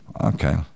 okay